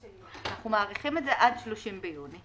אנחנו מאריכים את זה עד 30 ביוני.